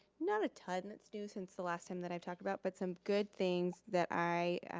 not a ton that's new since the last time that i talk about but some good things that i